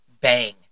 bang